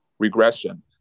regression